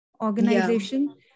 organization